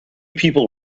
people